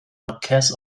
marquess